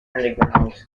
underground